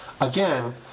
again